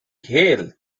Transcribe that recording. hell